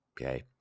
okay